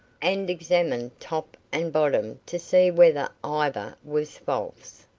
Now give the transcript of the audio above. and examined top and bottom to see whether either was false.